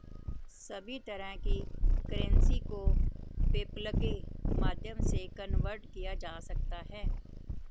सभी तरह की करेंसी को पेपल्के माध्यम से कन्वर्ट किया जा सकता है